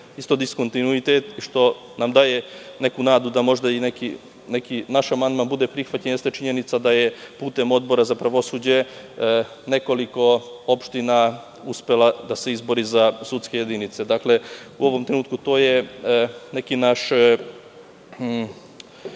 isto diskontinuitet i što nam daje neku nadu da možda neki naš amandman bude prihvaćen jeste činjenica da je putem Odbora za pravosuđe nekoliko opština uspelo da se izbori za sudske jedinice. Dakle, u ovom trenutku to je neki naš